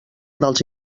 dels